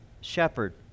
shepherd